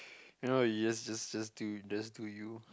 you know you just just just do just do you